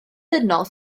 dynol